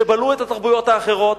שבלעו את התרבויות האחרות,